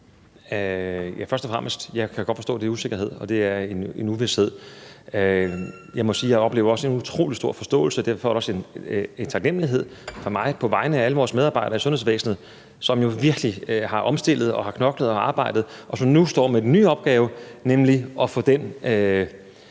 Først og fremmest kan jeg godt forstå, at der er usikkerhed, og at der er en uvished. Jeg må sige, at jeg også oplever en utrolig stor forståelse for det. Derfor også en taknemmelighed fra mig til alle vores medarbejdere i sundhedsvæsenet, som virkelig har omstillet sig og knoklet og arbejdet, og som nu står med den nye opgave, nemlig